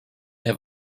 have